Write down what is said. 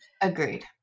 Agreed